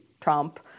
Trump